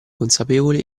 consapevole